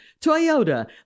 Toyota